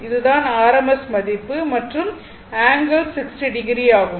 இது தான் rms மதிப்பு மற்றும் ∠60o ஆகும்